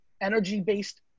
energy-based